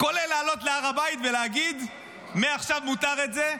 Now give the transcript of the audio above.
כולל לעלות להר הבית ולהגיד שמעכשיו מותר את זה,